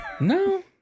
No